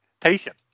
patient